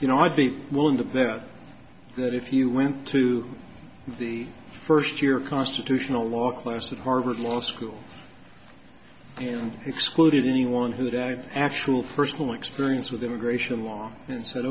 you know i'd be willing to bet that if you went to the first year constitutional law class at harvard law school and excluded anyone who had a actual personal experience with